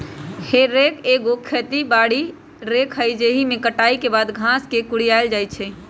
हे रेक एगो खेती बारी रेक हइ जाहिमे कटाई के बाद घास के कुरियायल जाइ छइ